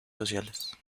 sociales